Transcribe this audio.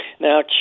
Now